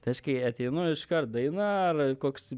tai aš kai ateinu iškart daina ar koks